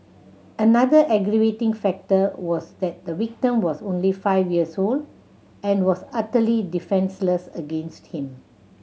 another aggravating factor was that the victim was only five years old and was utterly defenceless against him